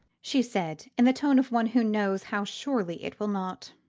she said, in the tone of one who knows how surely it will not.